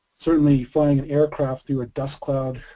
certainly flying an aircraft through a dust cloud,